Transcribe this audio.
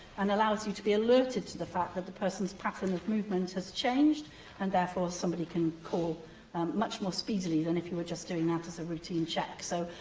and allows you to be alerted to the fact that the person's pattern of movement has changed and, therefore, somebody can call much more speedily than if you were just doing that as a routine check. so,